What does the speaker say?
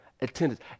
attendance